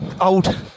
old